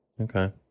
Okay